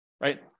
right